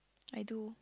I do